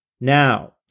Now